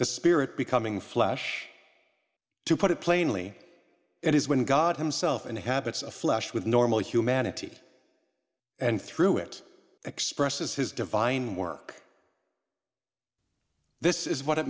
the spirit becoming flesh to put it plainly it is when god himself inhabits flesh with normal humanity and through it expresses his divine work this is what it